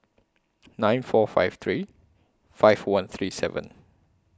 nine four five three five one three seven